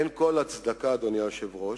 אין כל הצדקה, אדוני היושב-ראש,